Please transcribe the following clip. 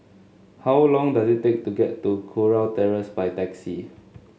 how long does it take to get to Kurau Terrace by taxi